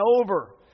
over